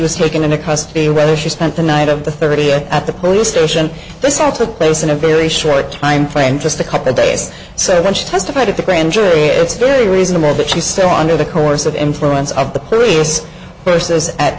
was taken into custody or whether she spent the night of the thirtieth at the police station this all took place in a very short timeframe just a couple of days so when she testified at the grand jury it's very reasonable that she's still under the course of influence of the p